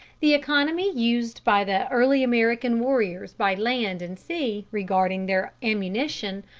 the economy used by the early american warriors by land and sea regarding their ammunition,